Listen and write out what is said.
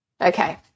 Okay